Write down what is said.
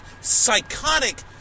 psychotic